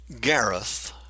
Gareth